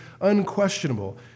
unquestionable